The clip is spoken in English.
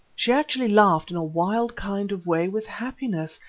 she actually laughed in a wild kind of way with happiness,